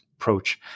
approach